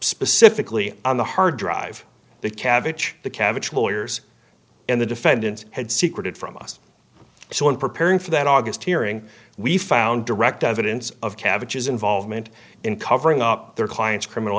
specifically on the hard drive that cabbage the cabbage lawyers and the defendants had secret from us so in preparing for that august hearing we found direct evidence of cabbages involvement in covering up their client's criminal